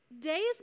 Days